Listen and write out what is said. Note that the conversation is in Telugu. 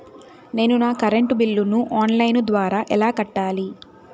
నేను నా కరెంటు బిల్లును ఆన్ లైను ద్వారా ఎలా కట్టాలి?